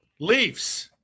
Leafs